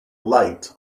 light